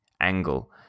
angle